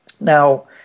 Now